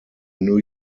new